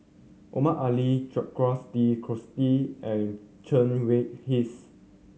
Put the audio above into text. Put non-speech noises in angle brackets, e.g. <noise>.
Omar Ali Jacques De <unintelligible> de and Chen Wen Hsi